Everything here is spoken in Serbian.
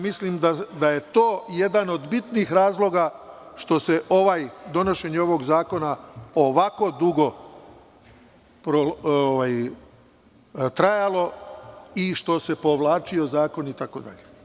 Mislim da je to jedan od bitnih razloga što se donošenje ovog zakona je ovako dugo trajalo i što se povlačio zakon itd.